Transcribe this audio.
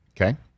Okay